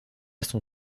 son